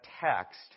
text